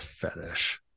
fetish